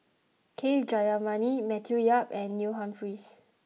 K Jayamani Matthew Yap and Neil Humphreys